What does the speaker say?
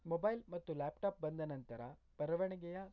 mobile ಮತ್ತು laptop ಬಂದ ನಂತರ ಬರವಣಿಗೆಯ